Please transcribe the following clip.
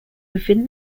within